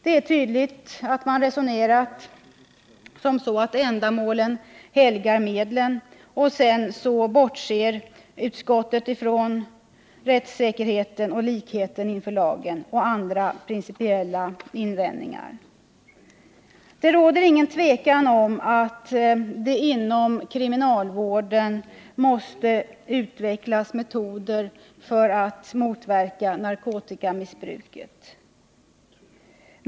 Det är tydligt att man resonerat som så att ändamålet helgar medlen, och sedan bortser utskottet från rättssäkerheten, likheten inför lagen och andra principiella invändningar. Det råder inget tvivel om att det inom kriminalvården måste utvecklas metoder för att påverka narkotikamissbruket.